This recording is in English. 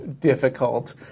difficult